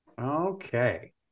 Okay